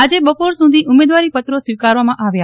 આજે બપોર સુધી ઉમેદવારી પત્રો સ્વીકારવામાં આવ્યો